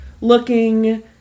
looking